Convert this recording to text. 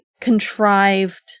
contrived